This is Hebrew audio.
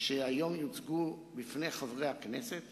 שהיום יוצגו בפני חברי הכנסת